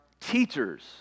teachers